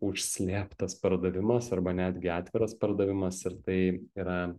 užslėptas pardavimas arba netgi atviras pardavimas ir tai yra